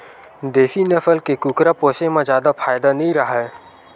देसी नसल के कुकरा पोसे म जादा फायदा नइ राहय